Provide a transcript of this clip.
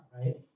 Right